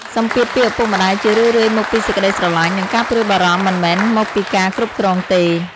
សម្ពាធពីឪពុកម្ដាយ ជារឿយៗមកពីសេចក្ដីស្រលាញ់ និងការព្រួយបារម្ភ មិនមែនមកពីការគ្រប់គ្រងទេ។